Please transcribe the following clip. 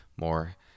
more